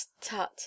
tut